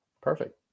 Perfect